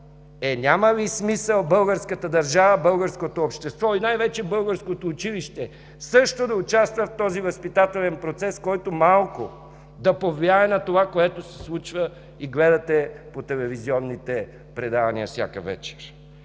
няма ли смисъл българската държава, българското общество и най-вече българското училище също да участват в този възпитателен процес, който малко да повлияе на това, което се случва и гледате по телевизионните предавания всяка вечер?!